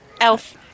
Elf